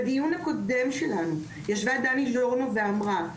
בדיון הקודם שלנו ישבה דני ז'ורנו ואמרה,